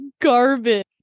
Garbage